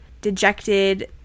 dejected